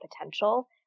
potential